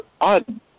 odd